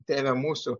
tėve mūsų